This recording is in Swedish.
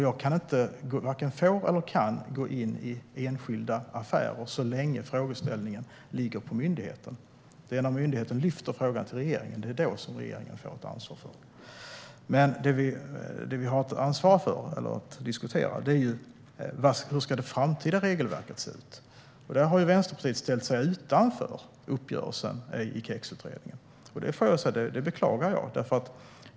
Jag varken får eller kan gå in i enskilda affärer så länge frågan ligger på myndigheten. Det är när myndigheten tar frågan till regeringen som regeringen får ett ansvar för den. Vi har dock ett ansvar för att diskutera hur det framtida regelverket ska se ut. Här har Vänsterpartiet ställt sig utanför uppgörelsen i KEX-utredningen, och det beklagar jag.